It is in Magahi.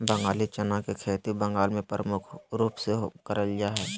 बंगाली चना के खेती बंगाल मे प्रमुख रूप से करल जा हय